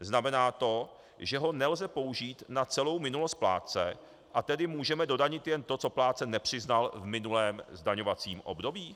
Znamená to, že ho nelze použít na celou minulost plátce, a tedy můžeme dodanit jen to, co plátce nepřiznal v minulém zdaňovacím období?